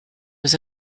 was